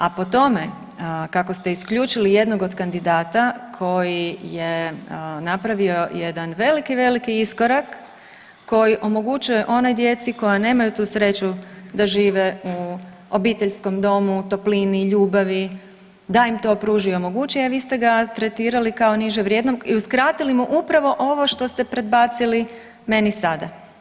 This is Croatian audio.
A po tome kako ste isključili jednog od kandidata koji je napravio jedan veliki, veliki iskorak koji omogućuje onoj djeci koja nemaju tu sreću da žive u obiteljskom domu, toplini, ljubavi da im to pruži i omogući a vi ste ga tretirali kao niže vrijednim i uskratili mu upravo ovo što ste predbacili meni sada.